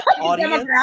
audience